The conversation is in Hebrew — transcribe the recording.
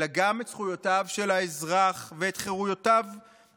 אלא גם את זכויותיו של האזרח ואת חירויותיו המדיניות,